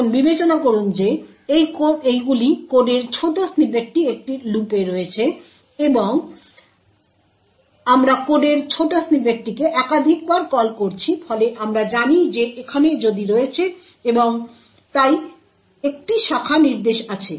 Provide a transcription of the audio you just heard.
এখন বিবেচনা করুন যে এইগুলি কোডের ছোট স্নিপেটটি একটি লুপে রয়েছে এবং আমরা কোডের ছোট স্নিপেটটিকে একাধিকবার কল করছি ফলে আমরা জানি যে এখানে যদি রয়েছে এবং তাই একটি শাখা নির্দেশ আছে